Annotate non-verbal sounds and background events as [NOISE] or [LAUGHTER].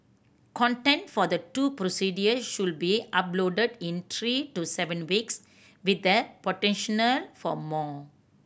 content for the two procedure should be uploaded in three to seven weeks with the potential [UNINTELLIGIBLE] for more